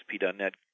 ASP.NET